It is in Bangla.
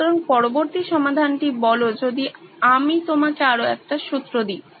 সুতরাং পরবর্তী সমাধানটি বলো যদি আমি তোমাকে আরো একটি সূত্র দি